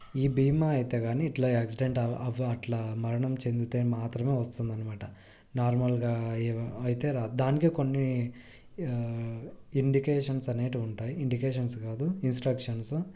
ఈ భీమా అయితే కానీ ఇలా యాక్సిడెంట్ అయి అయ్యి అట్లా మరణం చెందితే మాత్రమే వస్తుంది అన్నమాట నార్మల్గా అయి అయితే రాదు దానికే కొన్ని ఇండికేషన్స్ అనేవి ఉంటాయి ఇండికేషన్స్ కాదు ఇన్స్ట్రక్షన్సు